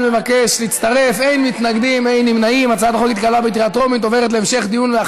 מתן שירות ללא המתנה בתור לאישה בהיריון),